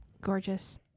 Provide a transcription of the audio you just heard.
gorgeous